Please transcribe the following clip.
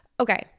Okay